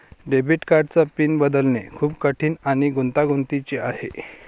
debit कार्डचा PIN बदलणे खूप कठीण आणि गुंतागुंतीचे आहे